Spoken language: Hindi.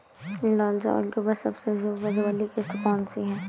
लाल चावल की सबसे अच्छी उपज वाली किश्त कौन सी है?